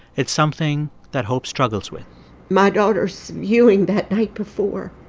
it's something that hope struggles with my daughter's viewing that night before